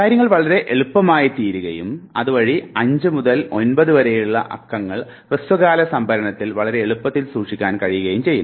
കാര്യങ്ങൾ വളരെ എളുപ്പമായിത്തീരുകയും അതുവഴി 5 മുതൽ 9 വരെയുള്ള അക്കങ്ങൾ ഹ്രസ്വകാല സംഭരണത്തിൽ വളരെ എളുപ്പത്തിൽ സൂക്ഷിക്കാൻ കഴിയുകയും ചെയ്യുന്നു